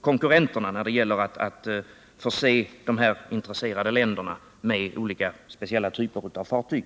konkurrenternas när det gäller att Nr 31 förse de olika intresserade länderna med speciella olika typer av fartyg.